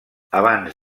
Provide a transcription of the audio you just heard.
abans